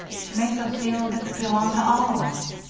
she makes us feel as if it belonged to all of us.